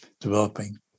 developing